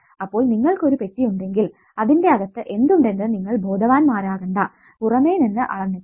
അപ്പോൾ നിങ്ങൾക്കൊരു പെട്ടി ഉണ്ടെങ്കിൽ അതിന്റെ അകത്തു എന്തുണ്ടെന്നു നിങ്ങൾ ബോധവാന്മാരാകണ്ട പുറമെ നിന്ന് അളന്നിട്ടു